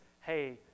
hey